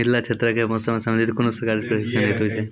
मिथिला क्षेत्रक कि मौसम से संबंधित कुनू सरकारी प्रशिक्षण हेतु छै?